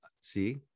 See